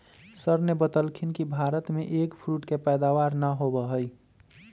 sir ने बतल खिन कि भारत में एग फ्रूट के पैदावार ना होबा हई